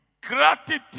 gratitude